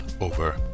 over